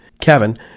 Kevin